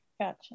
Gotcha